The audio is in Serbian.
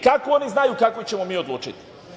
Kako oni znaju kako ćemo mi odlučiti?